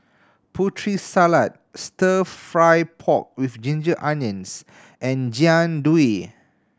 Putri Salad Stir Fry pork with ginger onions and Jian Dui